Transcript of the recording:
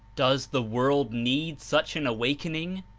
does the world need such an awakening,